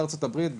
אז בארצות הברית,